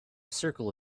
circle